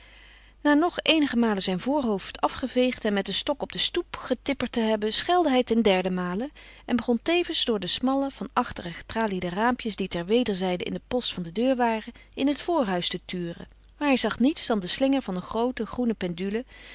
na nog eenige malen zijn voorhoofd afgeveegd en met den stok op de stoep getipperd te hebben schelde hij ten derdemale en begon tevens door de smalle van achteren getraliede raampjes die ter wederzijde in den post van de deur waren in het voorhuis te turen maar hij zag niets dan den slinger van een groote groene pendule